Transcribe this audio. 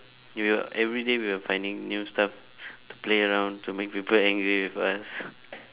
we were everyday we were finding new stuff to play around to make people angry with us